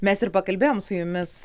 mes ir pakalbėjom su jumis